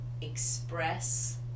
express